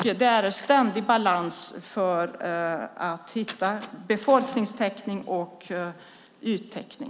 Det är en ständig balansgång mellan befolkningstäckning och yttäckning.